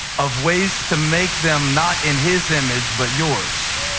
of ways to make them not in his image but yours.